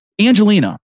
Angelina